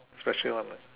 special one ah